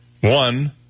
One